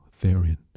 therein